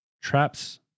traps